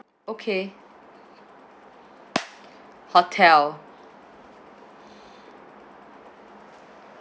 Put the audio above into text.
okay hotel